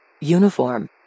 Uniform